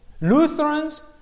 Lutherans